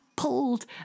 pulled